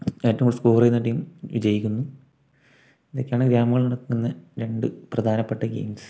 ഏറ്റവും സ്കോർ ചെയ്യുന്ന ടീം വിജയിക്കുന്നു ഇതൊക്കെയാണ് ഗ്രാമങ്ങളിൽ നടക്കുന്ന രണ്ട് പ്രധാനപ്പെട്ട ഗെയിംസ്